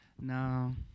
no